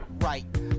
right